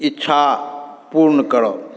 इच्छा पूर्ण करब